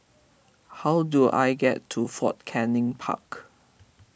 how do I get to Fort Canning Park